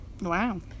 Wow